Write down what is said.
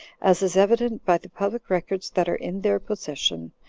as is evident by the public records that are in their possession,